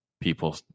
people